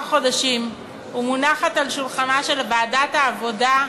חודשים ומונחת על שולחנה של ועדת העבודה,